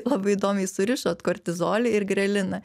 labai įdomiai surišot kortizolį ir greliną